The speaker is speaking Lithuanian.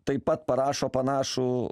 taip pat parašo panašų